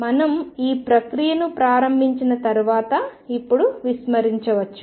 మనం ఈ ప్రక్రియను ప్రారంభించిన తర్వాత ఇప్పుడు విస్మరించవచ్చు